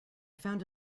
found